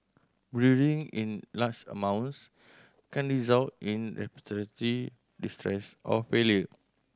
breathing in large amounts can result in respiratory distress or failure